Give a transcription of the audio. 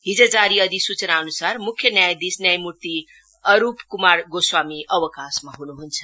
हिज जारी अधिसूचनाअन्सार मुख्य न्यायाधीश न्यायमूर्ति अरूप कुनार गोस्वामी अवकाशमा हुनुहुन्छ